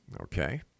Okay